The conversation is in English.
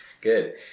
good